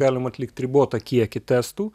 galim atlikt ribotą kiekį testų